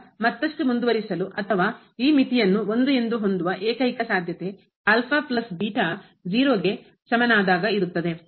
ಈಗ ಮತ್ತಷ್ಟು ಮುಂದುವರಿಸಲು ಅಥವಾ ಈ ಮಿತಿಯನ್ನು ಎಂದು ಹೊಂದುವ ಏಕೈಕ ಸಾಧ್ಯತೆ ಗೆ ಸಮನಾದಾಗ ಇರುತ್ತದೆ